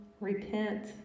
Repent